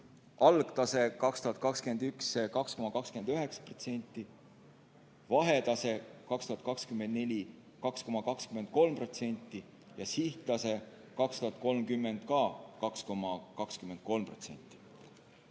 algtase 2021 2,29%, vahetase 2024 2,23% ja sihttase 2030 ka 2,23%.